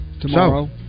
Tomorrow